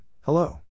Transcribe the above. Hello